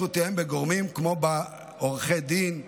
בגורמים כגון עורכי דין,